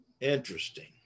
Interesting